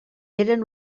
eren